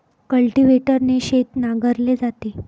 कल्टिव्हेटरने शेत नांगरले जाते